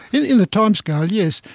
in the timescale, yes.